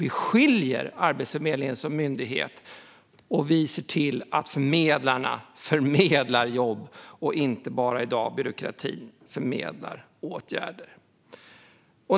Vi skiljer också Arbetsförmedlingen som myndighet och ser till att förmedlarna förmedlar jobb och inte bara som i dag, att byråkratin förmedlar åtgärder.